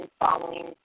following